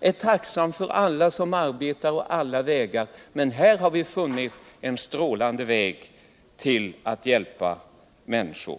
är tacksam för alla som arbetar med de här frågorna på olika vägar, men här har vi ändå funnit en strålande väg när det gäller att hjälpa människor.